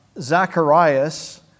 Zacharias